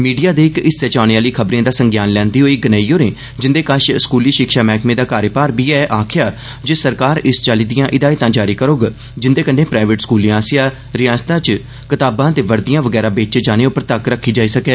media दे इक हिस्से च औने आहली खबरे दा संज्ञान लैंदे होई गनेई होरें जिंदे कष स्कूली षिक्षा मैहकमे दा कार्यभार बी ऐ आखेआ जे सरकार इस चाल्ली दिआं हिदायतां जारी करोग जिंदे कन्नै प्राईवेट स्कूलें आसेआ रिआसत च कताबां ते वर्दियां वगैरा बेचे जाने उप्पर तक्क रक्खी जाई सकै